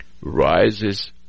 Rises